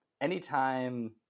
anytime